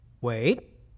Wait